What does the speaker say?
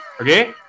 Okay